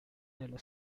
dello